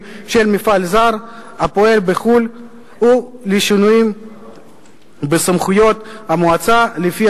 של מפעיל זר הפועל בחו"ל ושינויים בסמכויות המועצה לפי